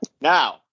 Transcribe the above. Now